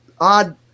odd